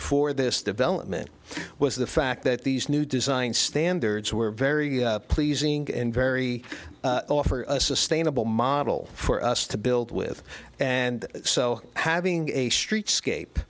for this development was the fact that these new design standards were very pleasing and very offer a sustainable model for us to build with and so having a streetscape